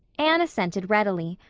anne assented readily.